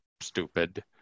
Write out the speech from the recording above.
stupid